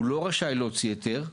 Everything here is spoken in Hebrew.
הוא לא רשאי להוציא היתר,